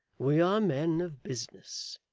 we are men of business.